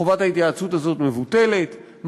חובת ההתייעצות הזו מבוטלת,